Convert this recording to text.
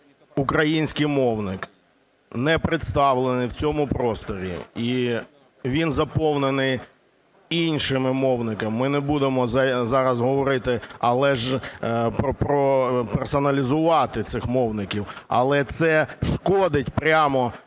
український мовник не представлений в цьому просторі, і він заповнений іншими мовниками, ми не будемо зараз говорити, персоналізувати цих мовників, але це шкодить прямо